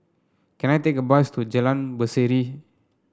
can I take a bus to Jalan Berseri